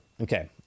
Okay